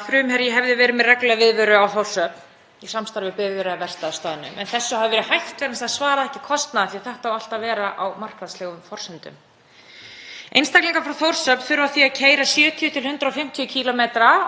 Einstaklingar frá Þórshöfn þurfa því að keyra 70–150 km,